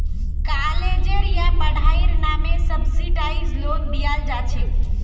कालेजेर या पढ़ाईर नामे सब्सिडाइज्ड लोन दियाल जा छेक